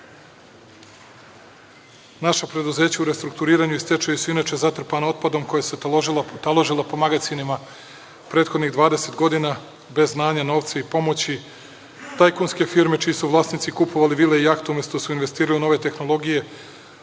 Naša preduzeća u restrukturiranju i stečaju su inače zatrpana otpadom koje se taložilo po magacinima prethodnih 20 godina, bez znanja, novca i pomoći. Tajkunske firme čiji su vlasnici kupovali vile i jahte, umesto da su investirale u nove tehnologije,